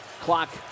clock